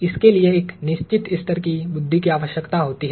इसके लिए एक निश्चित स्तर की बुद्धि की आवश्यकता होती है